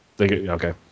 Okay